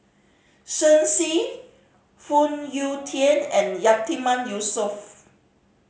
Shen Xi Phoon Yew Tien and Yatiman Yusof